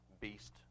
beast